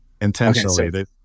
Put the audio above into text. Intentionally